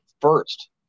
first